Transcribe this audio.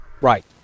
Right